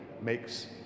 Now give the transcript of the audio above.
makes